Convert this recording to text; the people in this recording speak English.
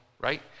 Right